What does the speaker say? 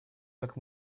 как